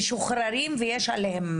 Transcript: יש היום אסירי אלמ"ב שמשוחררים ויש עליהם